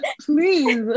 please